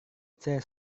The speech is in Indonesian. saya